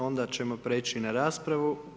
Onda ćemo prijeći na raspravu.